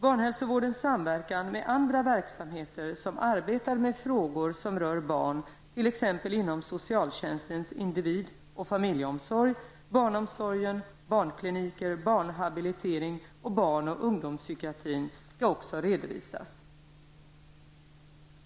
Barnhälsovårdens samverkan med andra verksamheter som arbetar med frågor som rör barn t.ex. inom socialtjänstens individ och familjeomsorg, barnomsorgen, barnkliniker, barnhabilitering och barn och ungdomspsykiatrin, skall också redovisas.